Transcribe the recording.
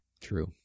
True